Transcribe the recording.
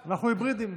היברידיים.